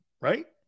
right